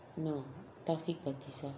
no taufik batisah